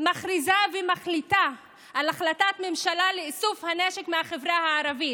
מכריזה ומחליטה החלטת ממשלה לאיסוף הנשק מהחברה הערבית.